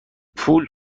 پول